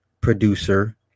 producer